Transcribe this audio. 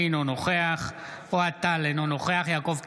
אינו נוכח אוהד טל אינו נוכח יעקב טסלר,